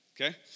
Okay